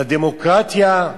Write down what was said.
לדמוקרטיה.